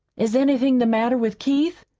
is anything the matter with keith?